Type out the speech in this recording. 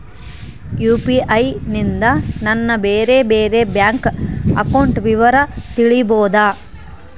UPI ನಿಂದ ನನ್ನ ಬೇರೆ ಬೇರೆ ಬ್ಯಾಂಕ್ ಅಕೌಂಟ್ ವಿವರ ತಿಳೇಬೋದ?